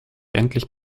endlich